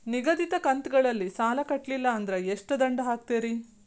ನಿಗದಿತ ಕಂತ್ ಗಳಲ್ಲಿ ಸಾಲ ಕಟ್ಲಿಲ್ಲ ಅಂದ್ರ ಎಷ್ಟ ದಂಡ ಹಾಕ್ತೇರಿ?